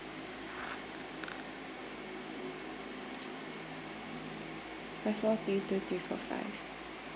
five four three two three four five